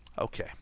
Okay